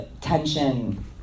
tension